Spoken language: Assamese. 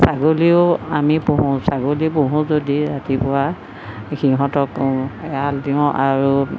ছাগলীয়ো আমি পোহোঁ ছাগলী পোহোঁ যদি ৰাতিপুৱা সিহঁতক এৰাল দিওঁ আৰু